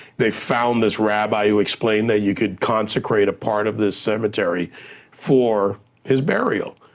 they found this rabbi who explained that you could consecrate a part of this cemetery for his burial,